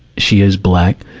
she is black,